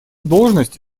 должность